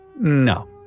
No